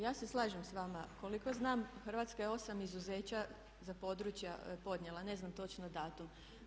Ja se slažem s vama, koliko znam Hrvatska je 8 izuzeća za područja podnijela, ne znam točno datum.